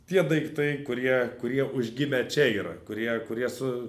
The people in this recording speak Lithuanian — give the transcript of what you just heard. tie daiktai kurie kurie užgimę čia yra kurie kurie su